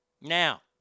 Now